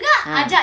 ah